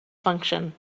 function